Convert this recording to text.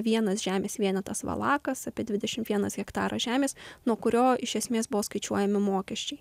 vienas žemės vienetas valakas apie dvidešimt vienas hektaras žemės nuo kurio iš esmės buvo skaičiuojami mokesčiai